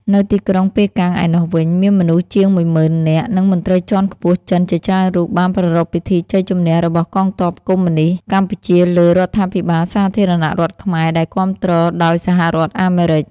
នៅទីក្រុងប៉េកាំងឯណោះវិញ មានមនុស្សជាង ១ ម៉ឺននាក់ និងមន្ត្រីជាន់ខ្ពស់ចិនជាច្រើនរូបបានប្រារព្ធពិធីជ័យជម្នះរបស់កងទ័ពកុម្មុយនីស្តកម្ពុជាលើរដ្ឋាភិបាលសាធារណរដ្ឋខ្មែរដែលគាំទ្រដោយសហរដ្ឋអាមេរិក។